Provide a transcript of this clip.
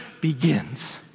begins